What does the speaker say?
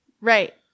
Right